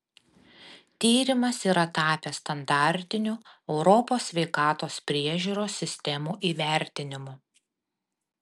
tyrimas yra tapęs standartiniu europos sveikatos priežiūros sistemų įvertinimu